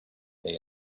they